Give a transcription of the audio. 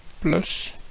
plus